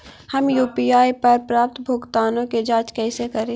हम यु.पी.आई पर प्राप्त भुगतानों के जांच कैसे करी?